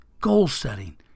goal-setting